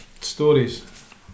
stories